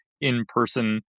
in-person